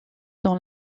dans